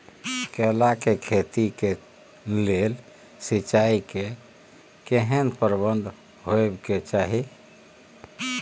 केला के खेती के लेल सिंचाई के केहेन प्रबंध होबय के चाही?